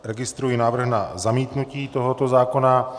Registruji návrh na zamítnutí tohoto zákona.